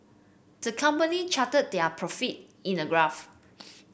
the company charted their profit in a graph